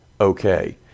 okay